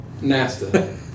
Nasta